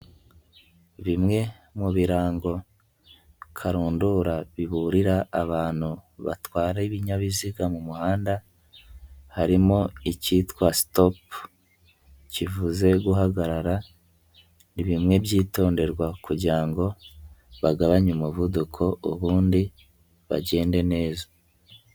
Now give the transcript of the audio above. Bimwe mu birango karundura biburira abantu batwara ibinyabiziga mu muhanda harimo ikitwa Stop kivuze guhagarara, ni bimwe byitonderwa kugira ngo bagabanye umuvuduko ubundi bagende neza.